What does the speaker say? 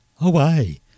away